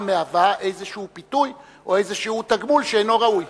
מהווה איזה פיתוי או איזה תגמול שאינו ראוי.